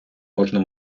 можна